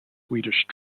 swedish